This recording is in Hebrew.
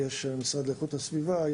המשרד לאיכות הסביבה,